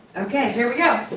okay, here we go.